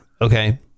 Okay